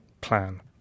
plan